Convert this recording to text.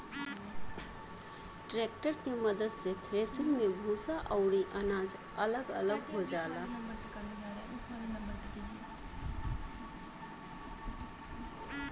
tractor के मद्दत से थ्रेसिंग मे भूसा अउरी अनाज अलग अलग हो जाला